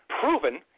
proven